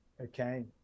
okay